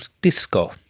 Disco